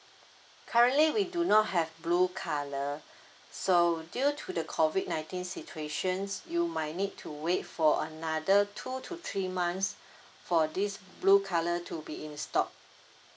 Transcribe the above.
currently we do not have blue colour so due to the COVID nineteen situations you might need to wait for another two to three months for this blue colour to be in stock